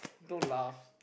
don't laugh